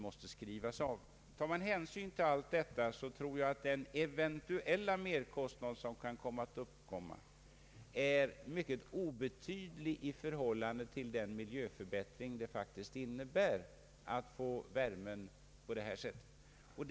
Om man tar hänsyn till alla dessa faktorer blir den eventuella merkostnad som kan uppkomma mycket obetydlig i förhållande till den miljöförbättring som man vinner genom att ta värme från ett fjärrvärmeverk.